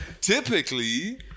typically